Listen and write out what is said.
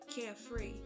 carefree